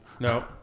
No